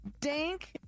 Dank